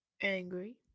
angry